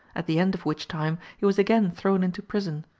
at the end of which time he was again thrown into prison,